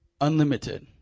unlimited